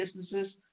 businesses